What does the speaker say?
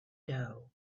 doe